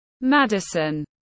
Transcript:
Madison